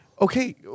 Okay